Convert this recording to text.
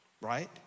Right